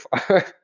far